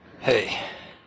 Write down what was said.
Hey